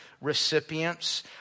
recipients